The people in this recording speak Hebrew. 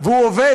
והוא עובד.